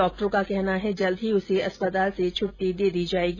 डॉक्टरों का कहना है कि जल्द ही उसे अस्पताल से छुट्टी दे दी जायेगी